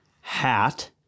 hat